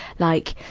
like,